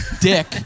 dick